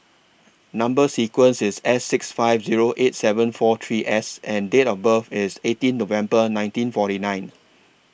Number sequence IS S six five Zero eight seven four three S and Date of birth IS eighteen November nineteen forty nine